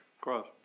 Cross